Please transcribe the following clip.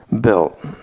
built